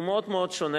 הוא מאוד שונה,